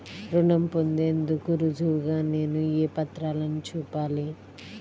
రుణం పొందేందుకు రుజువుగా నేను ఏ పత్రాలను చూపాలి?